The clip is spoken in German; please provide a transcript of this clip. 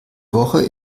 woche